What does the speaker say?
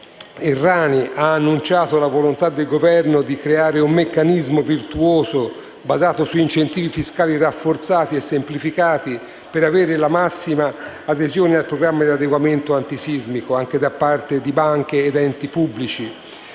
Errani ha annunciato la volontà del Governo di creare un meccanismo virtuoso basato su incentivi fiscali rafforzati e semplificati per avere la massima adesione al programma di adeguamento antisismico anche da parte di banche ed enti pubblici.